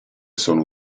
sono